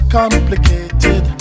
complicated